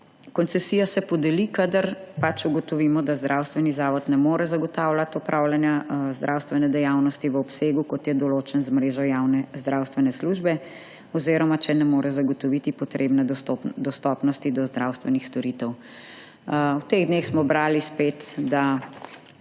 koncesija se podeli, kadar ugotovimo, da zdravstveni zavod ne more zagotavljati opravljanja zdravstvene dejavnosti v obsegu, kot je določen z mrežo javne zdravstvene službe oziroma če ne more zagotoviti potrebne dostopnosti do zdravstvenih storitev. V teh dneh smo brali spet, da